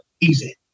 Easy